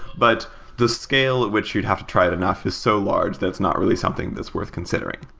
but the scale at which you'd have to try it enough is so large that it's not really something that's worth considering.